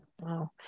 Wow